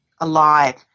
alive